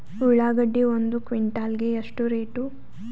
ಉಳ್ಳಾಗಡ್ಡಿ ಒಂದು ಕ್ವಿಂಟಾಲ್ ಗೆ ಎಷ್ಟು ರೇಟು?